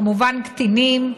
כמובן קטינים,